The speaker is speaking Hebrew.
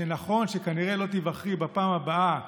ונכון שכנראה לא תיבחרי בפעם הבאה,